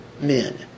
men